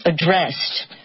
addressed